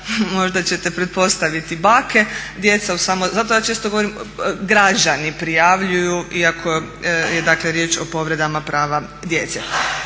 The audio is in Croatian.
možda ćete pretpostaviti bake. Zato ja često govorim građani prijavljuju iako je dakle riječ o povredama prava djece.